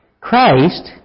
Christ